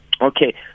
Okay